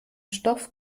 stoff